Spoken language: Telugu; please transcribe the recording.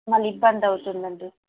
మళ్ళీ ఇబ్బంది అవుతుందండీ